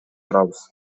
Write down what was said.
турабыз